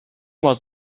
was